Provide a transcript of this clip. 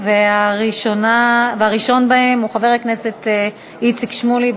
והראשון בהם הוא חבר הכנסת איציק שמולי.